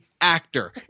actor